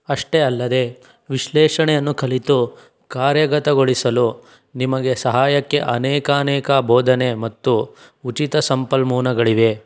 ಅಷ್ಟೆ ಅಲ್ಲದೆ ವಿಶ್ಲೇಷಣೆಯನ್ನು ಕಲಿತು ಕಾರ್ಯಗತಗೊಳಿಸಲು ನಿಮಗೆ ಸಹಾಯಕ್ಕೆ ಅನೇಕಾನೇಕ ಬೋಧನೆ ಮತ್ತು ಉಚಿತ ಸಂಪಲ್ಮೂನಗಳಿವೆ